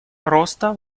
роста